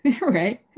right